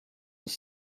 was